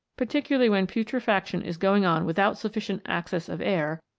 particularly when putrefaction is going on without sufficient access of air,